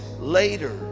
later